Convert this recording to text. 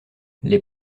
les